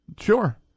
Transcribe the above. Sure